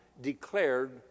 declared